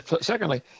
secondly